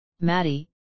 Maddie